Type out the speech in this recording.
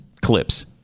clips